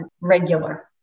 regular